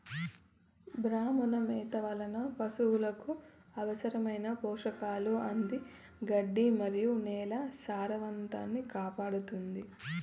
భ్రమణ మేత వలన పసులకు అవసరమైన పోషకాలు అంది గడ్డి మరియు నేల సారాన్నికాపాడుతుంది